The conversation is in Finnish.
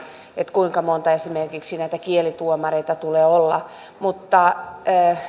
kuinka monta esimerkiksi näitä kielituomareita tulee olla mutta